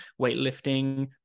weightlifting